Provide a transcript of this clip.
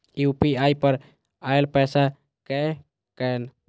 UPI पर आएल पैसा कै कैन?